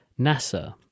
NASA